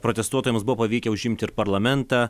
protestuotojams buvo pavykę užimti ir parlamentą